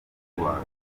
kumubaga